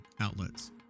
outlets